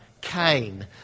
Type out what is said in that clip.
Cain